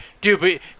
Dude